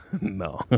No